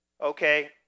Okay